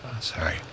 Sorry